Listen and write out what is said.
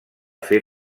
fer